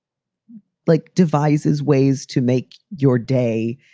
like devises ways to make your day